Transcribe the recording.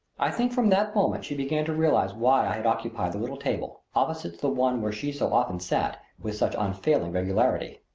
i think from that moment she began to realize why i had occupied the little table, opposite to the one where she so often sat, with such unfailing regularity.